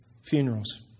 funerals